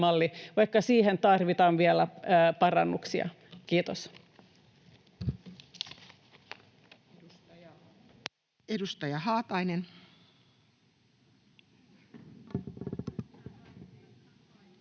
vaikka siihen tarvitaan vielä parannuksia. — Kiitos.